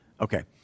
Okay